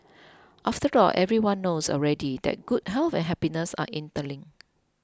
after all everyone knows already that good health and happiness are interlinked